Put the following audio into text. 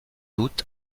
doute